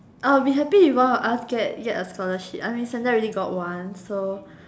I'll be happy if one of us get get a scholarship I mean Sandra already got one so